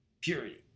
purity